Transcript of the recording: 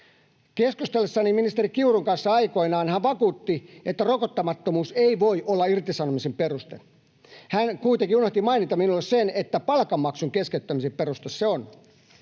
Keskustellessani ministeri Kiurun kanssa aikoinaan hän vakuutti, että rokottamattomuus ei voi olla irtisanomisen peruste. Hän kuitenkin unohti mainita minulle sen, että palkanmaksun keskeyttämisen peruste se on.